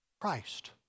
Christ